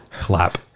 Clap